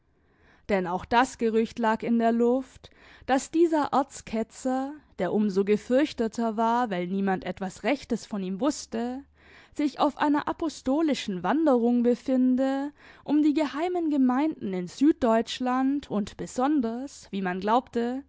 denn auch das gerücht lag in der luft daß dieser erzketzer der um so gefürchteter war weil niemand etwas rechtes von ihm wußte sich auf einer apostolischen wanderung befinde um die geheimen gemeinden in süddeutschland und besonders wie man glaubte